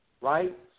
right